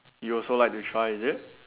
you also like to try is it